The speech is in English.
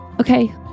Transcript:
Okay